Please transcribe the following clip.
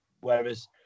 whereas